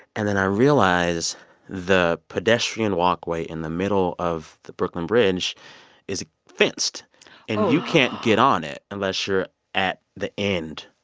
and then i realize the pedestrian walkway in the middle of the brooklyn bridge is fenced oh and you can't get on it unless you're at the end.